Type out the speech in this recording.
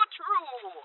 true